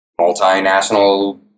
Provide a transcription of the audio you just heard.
multinational